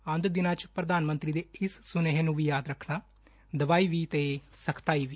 ਆਉਂਦੇ ਦਿਨਾਂ 'ਚ ਪ੍ਰਧਾਨ ਮੰਤਰੀ ਦੇ ਇਸ ਸੁਨੇਹੇ ਨੁੰ ਵੀ ਯਾਦ ਰੱਖਣਾ ਦਵਾਈ ਵੀ ਤੇ ਸਖਤਾਈ ਵੀ